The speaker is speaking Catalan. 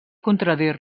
contradir